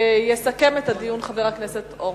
ויסכם את הדיון חבר הכנסת אורבך.